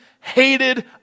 hated